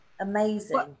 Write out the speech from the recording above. amazing